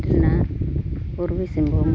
ᱨᱮᱱᱟᱜ ᱯᱩᱨᱵᱤᱥᱤᱝᱵᱷᱩᱢ